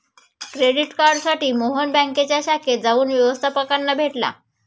credit कार्डसाठी मोहन बँकेच्या शाखेत जाऊन व्यवस्थपकाला भेटला